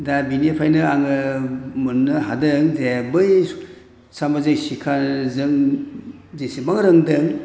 दा बेनिफ्रायनो आङो मोननो हादों जे बै सामाजिक शिक्षा जों जेसेबां रोंदों